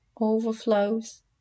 overflows